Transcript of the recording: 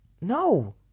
no